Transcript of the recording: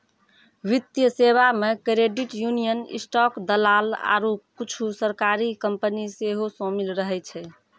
वित्तीय सेबा मे क्रेडिट यूनियन, स्टॉक दलाल आरु कुछु सरकारी कंपनी सेहो शामिल रहै छै